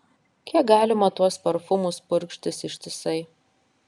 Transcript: kiek galima tuos parfumus purkštis ištisai